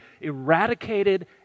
eradicated